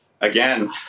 again